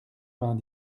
vingt